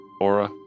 aura